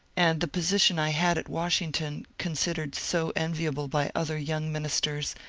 and the position i had at washing ton, considered so enviable by other young ministers,